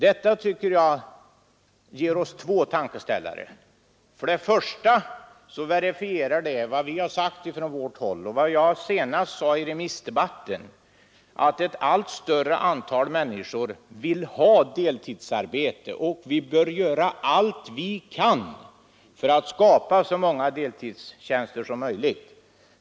Detta tycker jag ger oss två tankeställare. För det första verifierar det vad vi från vårt håll har sagt och vad jag sade senast i remissdebatten, nämligen att ett allt större antal människor vill ha deltidsarbete och att vi bör göra allt vad vi kan för att skapa så många deltidstjänster som möjligt.